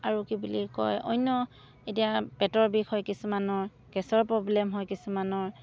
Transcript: আৰু কি বুলি কয় অন্য এতিয়া পেটৰ বিষ হয় কিছুমানৰ গেছৰ প্ৰব্লেম হয় কিছুমানৰ